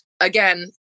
again